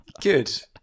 good